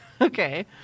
Okay